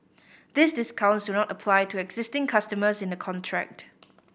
these discounts do not apply to existing customers in a contract